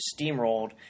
steamrolled